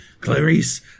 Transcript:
Clarice